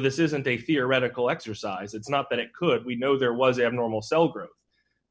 this isn't a theoretical exercise it's not that it could we know there was abnormal cell group